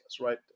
right